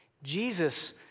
Jesus